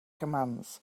commands